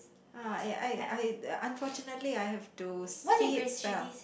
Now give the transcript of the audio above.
ah I I I unfortunately I have to see it spell